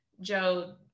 Joe